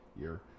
year